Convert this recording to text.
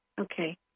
Okay